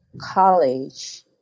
college